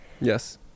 yes